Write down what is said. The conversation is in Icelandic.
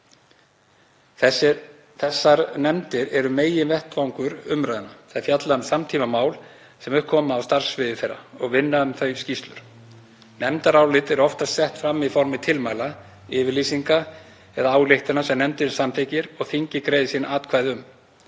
Þessar nefndir eru meginvettvangur umræðna, þær fjalla um samtímamál sem upp koma á starfssviði þeirra og vinna um þau skýrslur. Nefndarálit eru oftast sett fram í formi tilmæla, yfirlýsinga eða ályktana sem nefndin samþykkir og þingið greiðir síðan atkvæði um.